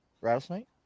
Rattlesnake